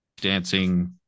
dancing